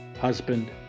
husband